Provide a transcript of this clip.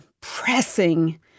pressing